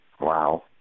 Wow